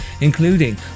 including